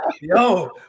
Yo